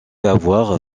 avoir